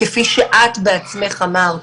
כפי שאת בעצמך אמרת.